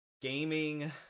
gaming